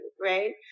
right